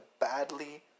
badly